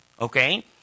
okay